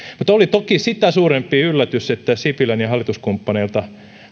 mutta oli toki sitä suurempi yllätys että sipilältä ja hallituskumppaneilta